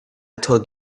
told